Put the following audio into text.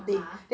ah ha